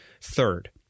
Third